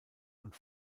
und